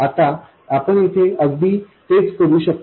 आता आपण इथे अगदी तेच करू शकतो